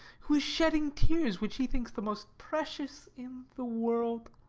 who is shedding tears which he thinks the most precious in the world.